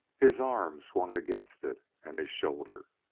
his arm swung against it, and his shoulder.